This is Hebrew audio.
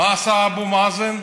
מה עשה אבו מאזן?